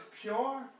pure